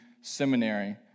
seminary